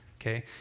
okay